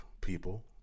people